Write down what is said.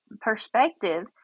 perspective